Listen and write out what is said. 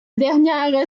dernière